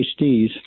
PhDs